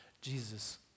Jesus